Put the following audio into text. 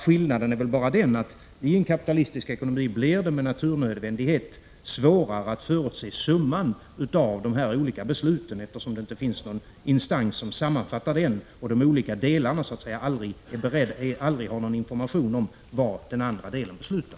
Skillnaden är väl bara den att det i en kapitalistisk ekonomi med naturnödvändighet blir svårare att förutse summan av de olika besluten, eftersom det inte finns någon instans som sammanfattar dem och de olika delarna aldrig har någon information om vad andra delar beslutar.